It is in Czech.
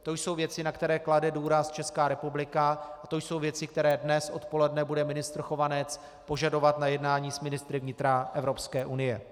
To jsou věci, na které klade důraz Česká republika, a to jsou věci, které dnes odpoledne bude ministr Chovanec požadovat na jednání s ministry vnitra Evropské unie.